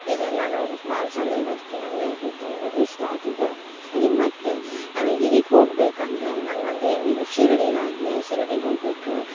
ಇವೆಲ್ಲ ನೋಡಕ್ಕೆ ಭಾಳ ಚಂದ ಇವ ಅದಕ್ಕೆ ನನಗೆ ಇದು ಅಂದರೆ ಇಷ್ಟ ಆತು ಇದು ಕಡಿಕ್ ಮತ್ತು ನಾವು ಎಲ್ಲಿಗೆ ಹೋಗಬೇಕೆಂದರೆ ನಂಗೊಂದು ಏಮ್ ಇದೆ ಶಿರಡಿಗಾಗಲಿ ಶಿರಡಿಗೆ ಹೋಗ್ಬೇಕು